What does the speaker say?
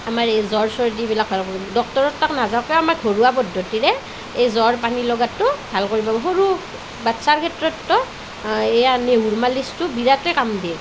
আমাৰ এই জ্বৰ চৰ্দিবিলাক ভাল হয় ডক্টৰৰ তাত নোযোৱাকৈও আমাৰ ঘৰুৱা পদ্ধতিৰে এই জ্বৰ পানীলগাটো ভাল কৰিব সৰু বাচ্ছাৰ ক্ষেত্ৰততো এই নহৰু মালিছটো বিৰাটেই কাম দিয়ে